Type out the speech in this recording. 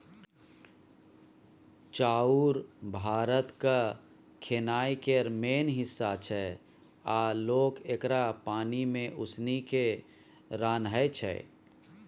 चाउर भारतक खेनाइ केर मेन हिस्सा छै आ लोक एकरा पानि मे उसनि केँ रान्हय छै